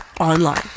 online